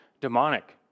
demonic